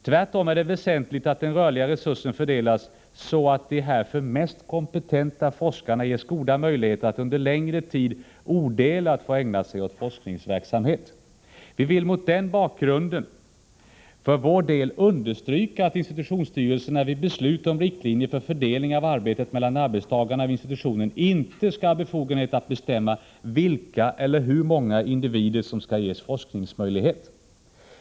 Tvärtom är det väsentligt att den rörliga resursen fördelas så, att de härför mest kompetenta forskarna ges goda möjligheter att under längre tid odelat få ägna sig åt forskningsverksamhet. Vi vill mot denna bakgrund för vår del understryka att institutionsstyrelserna vid beslut om riktlinjer för fördelning av arbetet mellan arbetstagarna vid institutionen inte skall ha befogenhet att bestämma vilka eller hur många individer som skall ges forskningsmöjlighet.